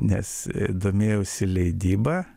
nes domėjausi leidyba